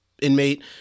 inmate